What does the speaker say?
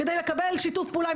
כדי לקבל שיתוף פעולה,